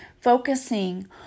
focusing